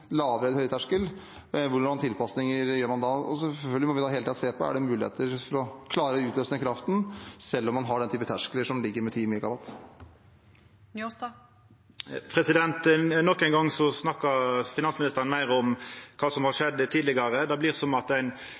lavere eller en høyere terskel, hvilke tilpasninger gjør man da? Selvfølgelig må vi hele tiden se på om det er muligheter for å klare å utløse den kraften, selv om man har den typen terskler som ligger på 10 MW. Nok ein gong snakkar finansministeren meir om kva som har skjedd tidlegare. Det blir som at